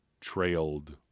trailed